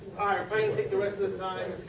are going to take the rest of the time,